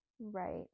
right